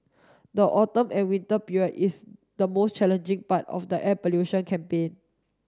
the autumn and winter period is the most challenging part of the air pollution campaign